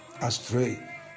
astray